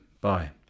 Bye